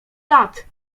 lat